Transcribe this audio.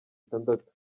itandatu